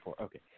okay